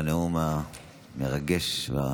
אני מזמין את השר יצחק שמעון וסרלאוף